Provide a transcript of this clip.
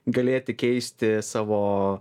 galėti keisti savo